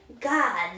God